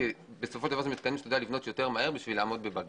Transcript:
בסופו של דבר אלה מתקנים שיודעים לבנות מהר יותר כדי לעמוד בבג"ץ.